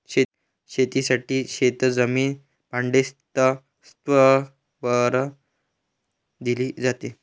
शेतीसाठी शेतजमीन भाडेतत्त्वावर दिली जाते